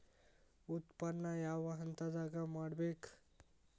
ಉತ್ಪನ್ನ ಯಾವ ಹಂತದಾಗ ಮಾಡ್ಬೇಕ್?